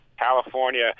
California